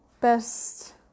best